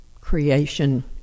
creation